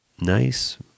nice